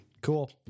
Cool